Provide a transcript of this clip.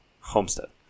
Homestead